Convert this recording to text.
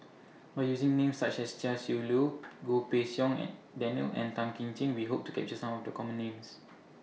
By using Names such as Chia Shi Lu Goh Pei Siong Daniel and Tan Kim Ching We Hope to capture Some of The Common Names